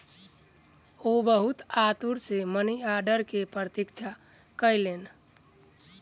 ओ बहुत आतुरता सॅ मनी आर्डर के प्रतीक्षा कयलैन